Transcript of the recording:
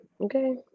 okay